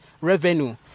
revenue